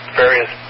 various